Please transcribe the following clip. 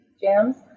jams